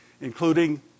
including